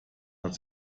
hat